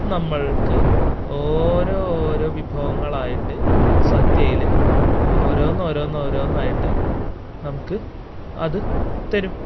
നമ്മള്ക്ക് ഓരോ ഓരോ വിഭവങ്ങളായിട്ട് സദ്യയില് ഓരോന്നോരോന്നോരോന്നായിട്ട് നമുക്ക് അത് തരും